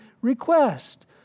request